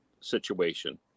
situation